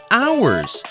hours